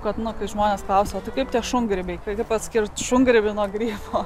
kad nu kai žmonės klausia kaip tie šungrybiai kaip atskirt šungrybį nuo grifo